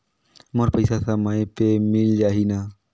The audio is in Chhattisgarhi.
मोर पइसा समय पे मिल जाही न?